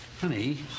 Honey